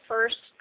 First